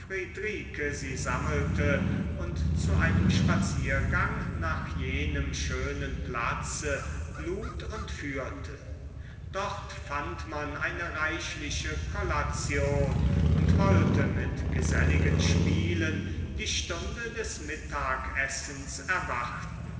sie sammelte und zu einem spaziergang nach jenem schönen platze lud und führte dort fand man eine reichliche kollation und wollte mit geselligen spielen die stunde des mittagessens erwarten